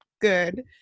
good